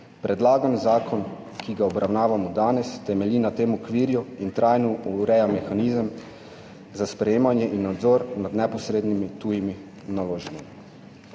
Predlagan zakon, ki ga obravnavamo danes, temelji na tem okvirju in trajno ureja mehanizem za sprejemanje in nadzor nad neposrednimi tujimi naložbami.